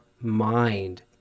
mind